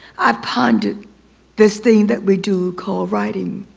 i pondered this thing that we do, called writing.